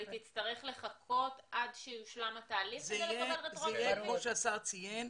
היא תצטרך לחכות עד שיושלם התהליך --- כמו שהשר ציין,